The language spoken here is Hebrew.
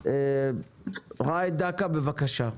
ראד דקה, בבקשה.